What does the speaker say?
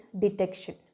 detection